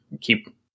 keep